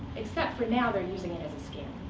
except for now, they're using it as a scam.